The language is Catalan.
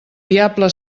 diable